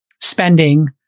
spending